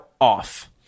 off